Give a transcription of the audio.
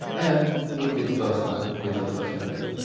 um wouldn't be the first time you had done such a thing